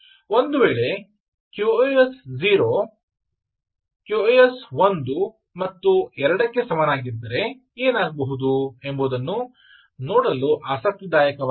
ಒಂದು ವೇಳೆ QoS 0 QoS ಒಂದು ಮತ್ತು ಎರಡಕ್ಕೆ ಸಮನಾಗಿದ್ದರೆ ಏನಾಗಬಹುದು ಎಂಬುದನ್ನು ನೋಡಲು ಆಸಕ್ತಿದಾಯಕವಾಗಿದೆ